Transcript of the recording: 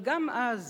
אבל גם אז